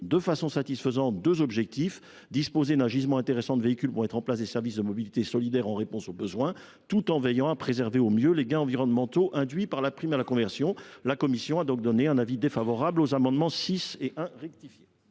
de façon satisfaisante deux objectifs : disposer d’un gisement intéressant de véhicules pour mettre en place des services de mobilité solidaire en réponse aux besoins, d’une part ; veiller à préserver au mieux les gains environnementaux induits par la prime à la conversion, d’autre part. La commission a donc émis un avis défavorable sur les amendements n 6 et 1 rectifié.